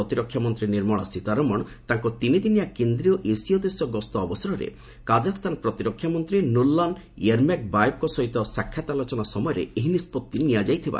ପ୍ରତିରକ୍ଷାମନ୍ତ୍ରୀ ନିର୍ମଳା ସୀତାରମଣ ତାଙ୍କ ତିନି ଦିନିଆ କେନ୍ଦ୍ରୀୟ ଏସୀୟ ଦେଶ ଗସ୍ତ ଅବସରରେ କାଜାକସ୍ଥାନ ପ୍ରତିରକ୍ଷା ମନ୍ତ୍ରୀ ନୁର୍ଲାନ ୟେର୍ମେକବାୟେବଙ୍କ ସହିତ ସାକ୍ଷାତ ଆଲୋଚନା ସମୟରେ ଏହି ନିଷ୍ପଭି ନିଆଯାଇଛି